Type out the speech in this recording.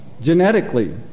genetically